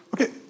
Okay